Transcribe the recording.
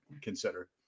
consider